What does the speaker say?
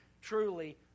truly